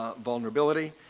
ah vulnerability.